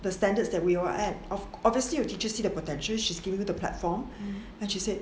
the standards that we are at ob~ obviously you teacher see the potential she's giving you the platform and she said